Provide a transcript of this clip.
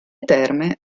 terme